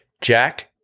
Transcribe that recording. Jack